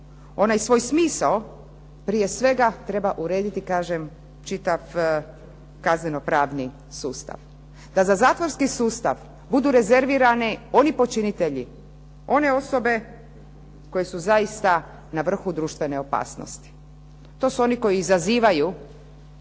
onaj svoj smisao, prije svega treba urediti kažem čitav kazneno-pravni sustav. Da za zatvorski sustav budu rezervirani oni počinitelji, one osobe koje su zaista na vrhu društvene opasnosti. To su oni koji izazivaju